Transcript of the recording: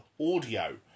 audio